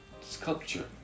sculpture